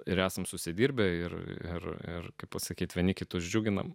ir esam susidirbę ir kaip pasakyti vieni kitus džiuginame